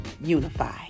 unify